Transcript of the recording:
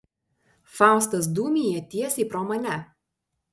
faustas dūmija tiesiai pro mane